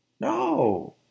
No